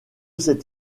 s’est